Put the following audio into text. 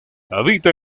habita